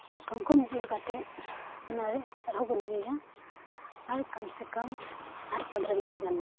ᱠᱚᱢᱼᱠᱚᱢ ᱡᱩᱞ ᱠᱟᱛᱮᱫ ᱚᱱᱟᱨᱮ ᱟᱨᱦᱚᱸᱟ ᱵᱚᱱ ᱤᱭᱟᱹᱭᱟ ᱟᱨ ᱠᱚᱢ ᱥᱮ ᱠᱚᱢ ᱟᱨ ᱯᱚᱱᱫᱨᱚ ᱜᱟᱱ ᱞᱟᱹᱜᱤᱫ